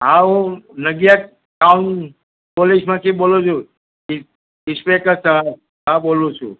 હા હું નડિયાદ ટાઉન પોલીસમાંથી બોલું છું ઇશ્પેક્ટર સાહેબ હા બોલું છું